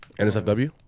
NSFW